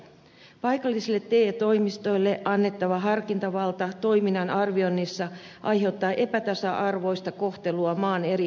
paikallisille te toimistoille annettava harkintavalta toiminnan arvioinnissa aiheuttaa epätasa arvoista kohtelua maan eri alueilla